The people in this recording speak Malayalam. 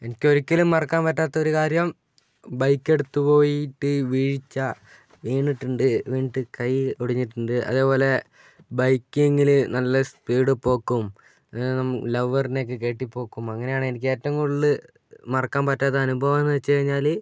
എനിക്ക് ഒരിക്കലും മറക്കാൻ പറ്റാത്തൊരു കാര്യം ബൈക്ക് എടുത്തുപോയിട്ട് വീഴ്ച്ച വീണിട്ടുണ്ട് വീണിട്ട് കൈ ഒടിഞ്ഞിട്ടുണ്ട് അതേപോലെ ബൈക്കിങ്ങിൽ നല്ല സ്പീഡിൽപ്പോക്കും ലവ്വറിനെയൊക്കെ കയറ്റിപ്പോക്കും അങ്ങനെയാണ് എനിക്ക് ഏറ്റവും കൂടുതൽ മറക്കാൻ പറ്റാത്ത അനുഭവം എന്നു വച്ചു കഴിഞ്ഞാൽ